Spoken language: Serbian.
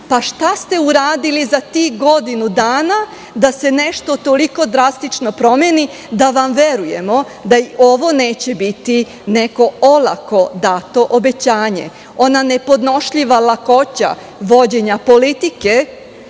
šta ste uradili za tih godinu dana da se nešto toliko drastično promeni da vam verujemo da i ovo neće biti neko olako dato obećanje? Ona nepodnošljiva lakoća vođenja politike